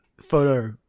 photo